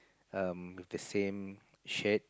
um with the same shirt